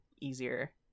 easier